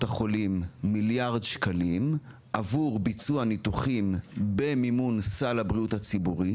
החולים מיליארד שקלים עבור ביצוע ניתוחים במימון סל הבריאות הציבורי,